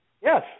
Yes